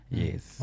yes